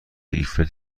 ایفل